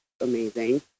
amazing